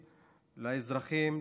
לאזרחים,